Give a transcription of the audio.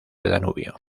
danubio